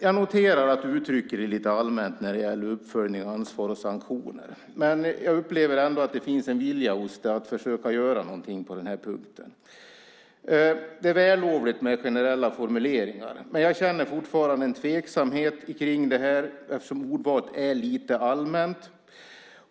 Jag noterar att ministern uttrycker sig lite allmänt när det gäller uppföljning, ansvar och sanktioner. Jag upplever ändå att det finns en vilja att försöka göra något på denna punkt. Det är vällovligt med generella formuleringar, men jag känner fortfarande en tveksamhet inför detta eftersom ordvalet är lite allmänt.